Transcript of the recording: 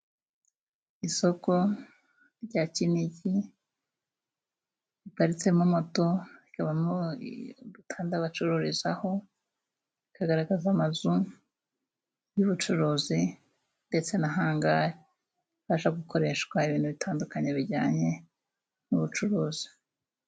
Isoko rya Kinigi riparitsemo moto, rikabamo Kandi abacururizaho rikagaragaza amazu y'ubucuruzi ndetse na hangari. Ribasha gukoreshwa ibintu bitandukanye bijyanye n'ubucuruzi.